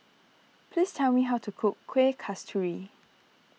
please tell me how to cook Kuih Kasturi